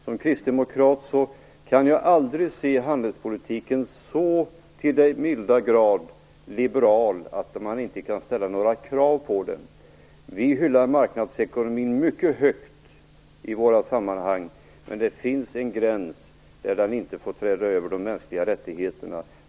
Som kristdemokrat kan jag aldrig se handelspolitiken så till den milda grad liberal att man inte kan ställa några krav på den. Vi hyllar marknadsekonomin mycket högt, men det finns en gräns där den inte får träda över de mänskliga rättigheterna.